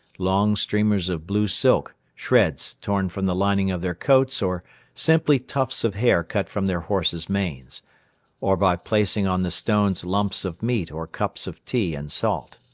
long streamers of blue silk, shreds torn from the lining of their coats or simply tufts of hair cut from their horses' manes or by placing on the stones lumps of meat or cups of tea and salt.